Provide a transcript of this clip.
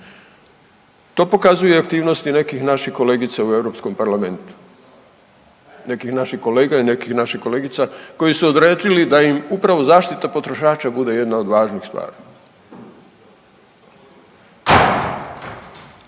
To pokazuje i aktivnosti nekih naših kolegica u Europskom parlamentu, nekih naših kolega i nekih naših kolegica koji su odredili da im upravo zaštita potrošača bude jedna od važnih stvari.